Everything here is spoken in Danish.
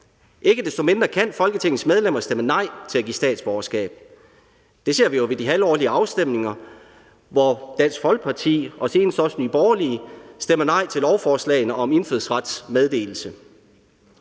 Ikke desto mindre kan Folketingets medlemmer stemme nej til at give statsborgerskab. Det ser vi jo ved de halvårlige afstemninger, hvor Dansk Folkeparti og senest også Nye Borgerlige stemmer nej til lovforslagene om indfødsrets meddelelse.